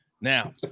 Now